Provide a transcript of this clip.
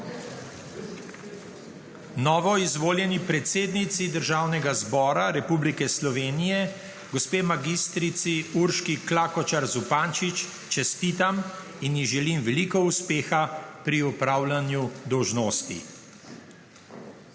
Novoizvoljeni predsednici Državnega zbora Republike Slovenije mag. Urški Klakočar Zupančič čestitam in ji želim veliko uspeha pri opravljanju dolžnosti.